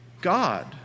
God